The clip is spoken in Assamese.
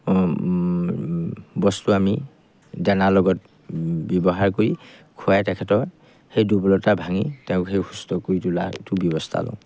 বস্তু আমি দানাৰ লগত ব্যৱহাৰ কৰি খোৱাই তেখেতৰ সেই দুৰ্বলতা ভাঙি তেওঁক সেই সুস্থ কৰি তোলাটো ব্যৱস্থা লওঁ